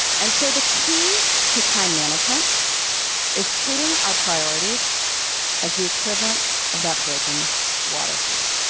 and so the key to time management is treating our priorities as the equivalent of that broken water heater.